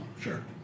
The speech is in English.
Sure